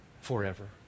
forever